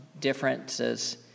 differences